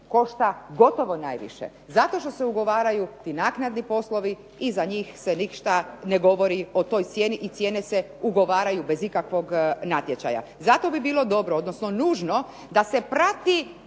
košta gotovo najviše zato što se ugovaraju ti naknadni poslovi i za njih se ništa ne govori o toj cijeni i cijene se ugovaraju bez ikakvog natječaja. Zato bi bilo dobro, odnosno nužno da se prati